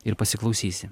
ir pasiklausysi